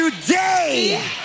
today